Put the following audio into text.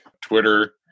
Twitter